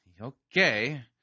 Okay